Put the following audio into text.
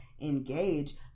engage